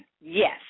Yes